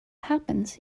happens